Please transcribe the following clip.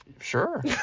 sure